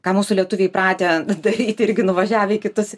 ką mūsų lietuviai pratę daryti irgi nuvažiavę į kitus